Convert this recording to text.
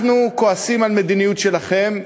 אנחנו כועסים על המדיניות שלכם,